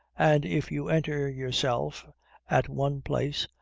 and if you enter yourself at one place,